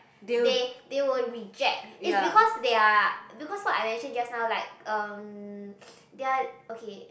they they will reject it's because they are because what I mention just now like um they are okay